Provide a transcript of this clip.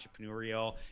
entrepreneurial